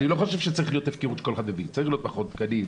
אני לא חושב שצריכה להיות הפקרות --- צריך להיות מכון תקנים,